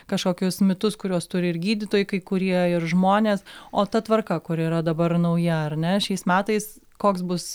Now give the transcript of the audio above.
kažkokius mitus kuriuos turi ir gydytojai kai kurie ir žmonės o ta tvarka kuri yra dabar nauja ar ne šiais metais koks bus